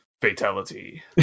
fatality